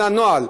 זה הנוהל,